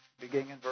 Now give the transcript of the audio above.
beginning